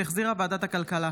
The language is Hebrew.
שהחזירה ועדת הכלכלה.